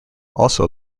also